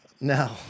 No